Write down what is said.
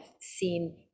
seen